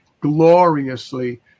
gloriously